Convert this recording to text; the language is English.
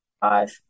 five